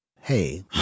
hey